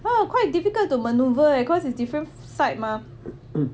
!wow! quite difficult to maneuver eh cause it's different side mah